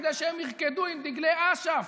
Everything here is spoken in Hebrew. כדי שהם ירקדו עם דגלי אש"ף,